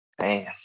man